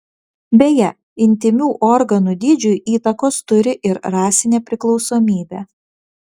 beje intymių organų dydžiui įtakos turi ir rasinė priklausomybė